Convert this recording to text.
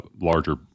larger